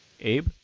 Abe